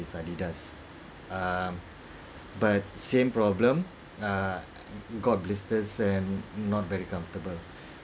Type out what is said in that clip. is adidas um but same problem uh got blisters and not very comfortable